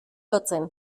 lotzen